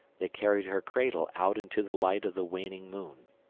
they carried her cradle out into the light of the waning moon.